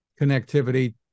connectivity